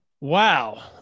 Wow